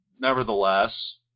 nevertheless